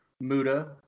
Muda